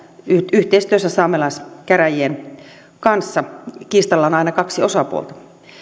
yhteistyössä saamelaiskäräjien kanssa kiistalla on aina kaksi osapuolta